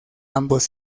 ambos